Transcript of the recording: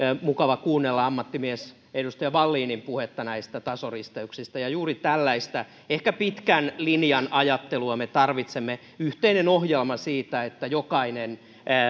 mukava kuunnella ammattimies edustaja wallinin puhetta tasoristeyksistä ja juuri tällaista ehkä pitkän linjan ajattelua me tarvitsemme yhteisen ohjelman siitä että jokainen